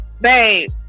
Babe